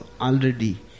already